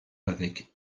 avec